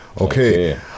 Okay